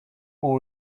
who